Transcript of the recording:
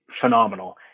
phenomenal